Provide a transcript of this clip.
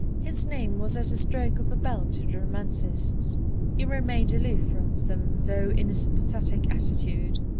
his name was as the stroke of a bell to the romancists he remained aloof from them though in a sympathetic attitude.